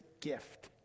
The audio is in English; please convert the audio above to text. gift